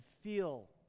feel